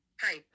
Hi